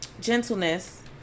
gentleness